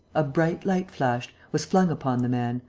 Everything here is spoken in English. a bright light flashed, was flung upon the man,